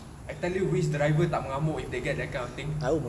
I tell you which driver tak mengamok if they get that kind of thing